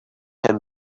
can